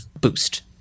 boost